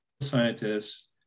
scientists